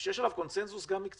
שיש עליו גם קונצנזוס מקצועי.